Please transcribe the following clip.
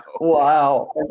Wow